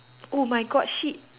oh my god shit